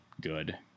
good